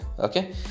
okay